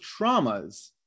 traumas